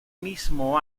mismo